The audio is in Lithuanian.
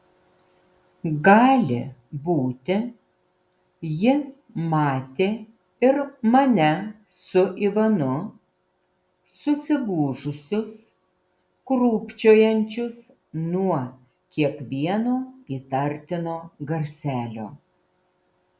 gali būti ji matė ir mane su ivanu susigūžusius krūpčiojančius nuo kiekvieno įtartino garselio